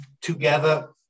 together